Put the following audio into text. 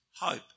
hope